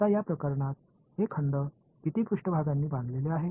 आता या प्रकरणात हे खंड किती पृष्ठभागांनी बांधलेले आहे